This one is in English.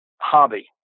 hobby